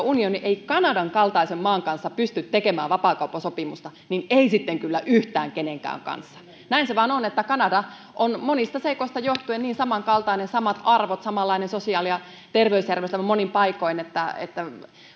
unioni ei kanadan kaltaisen maan kanssa pysty tekemään vapaakauppasopimusta niin ei sitten kyllä yhtään kenenkään kanssa näin se vain on että kanada on monista seikoista johtuen niin samankaltainen samat arvot samanlainen sosiaali ja terveysjärjestelmä monin paikoin että